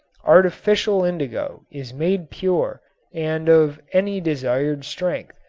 artificial indigo is made pure and of any desired strength,